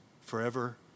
forever